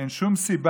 אין שום סיבה